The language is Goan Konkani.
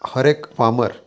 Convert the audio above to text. हर एक फार्मर